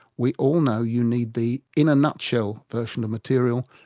we all know you need the in a nutshell version of material,